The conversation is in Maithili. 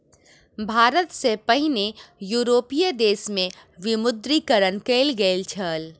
भारत सॅ पहिने यूरोपीय देश में विमुद्रीकरण कयल गेल छल